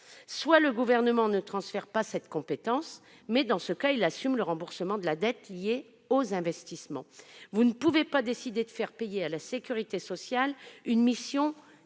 soit le Gouvernement ne transfère pas ces compétences, mais, dans ce cas, il assume le remboursement de la dette liée aux investissements. Vous ne pouvez pas décider de faire payer à la sécurité sociale les